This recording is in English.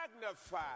magnify